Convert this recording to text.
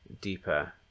deeper